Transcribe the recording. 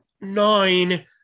nine